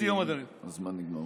הזמן נגמר.